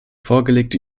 vorgelegte